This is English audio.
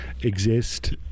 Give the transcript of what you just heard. exist